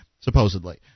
Supposedly